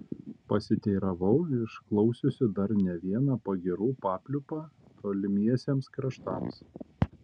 pasiteiravau išklausiusi dar ne vieną pagyrų papliūpą tolimiesiems kraštams